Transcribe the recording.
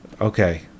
Okay